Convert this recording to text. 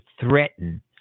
threaten